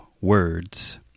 words